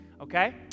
okay